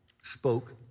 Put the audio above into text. spoke